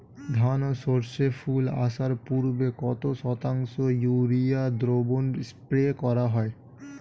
ধান ও সর্ষে ফুল আসার পূর্বে কত শতাংশ ইউরিয়া দ্রবণ স্প্রে করা হয়?